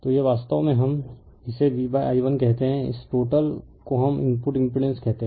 तो यह वास्तव में हम इसे V i1 कहते हैं इस टोटल को हम इनपुट इम्पिड़ेंस कहते हैं